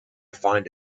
find